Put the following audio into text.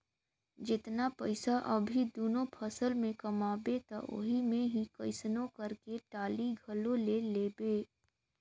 जेतना पइसा अभी दूनो फसल में कमाबे त ओही मे ही कइसनो करके टाली घलो ले लेबे